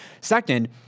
Second